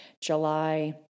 July